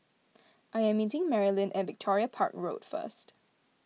I am meeting Marlyn at Victoria Park Road first